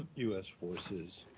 u s. forces